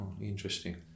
Interesting